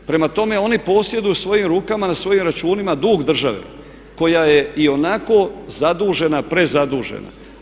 Prema tome, oni posjeduju u svojim rukama na svojim računima dug države koja je ionako zadužena, prezadužena.